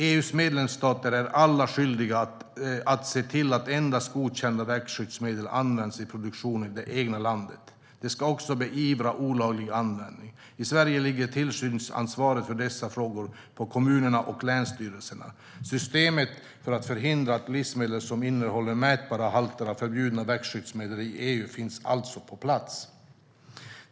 EU:s medlemsstater är alla skyldiga att se till att endast godkända växtskyddsmedel används i produktionen i det egna landet. De ska också beivra olaglig användning. I Sverige ligger tillsynsansvaret för dessa frågor på kommunerna och länsstyrelserna. System för att förhindra att livsmedel som innehåller mätbara halter av förbjudna växtskyddsmedel i EU finns alltså på plats.